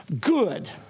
Good